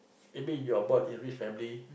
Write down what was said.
maybe you are born in rich family